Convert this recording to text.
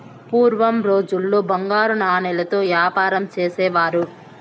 పూర్వం రోజుల్లో బంగారు నాణాలతో యాపారం చేసేవారు